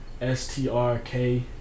S-T-R-K